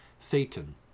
Satan